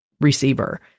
receiver